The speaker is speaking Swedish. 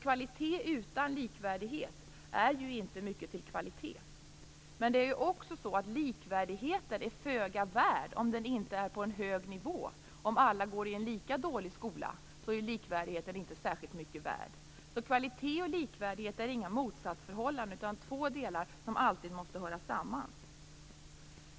Kvalitet utan likvärdighet är alltså inte mycket till kvalitet. Men likvärdigheten är föga värd om den inte är på en hög nivå. Om alla går i en lika dålig skola är likvärdigheten inte särskilt mycket värd. Kvalitet och likvärdighet är alltså inga motsatsförhållanden, utan två delar som alltid måste höra samman.